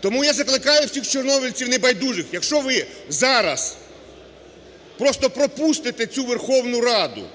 Тому я закликаю всіх чорнобильців небайдужих, якщо ви зараз просто пропустите цю Верховну Раду